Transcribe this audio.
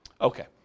Okay